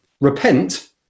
repent